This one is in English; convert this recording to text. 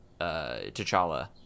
T'Challa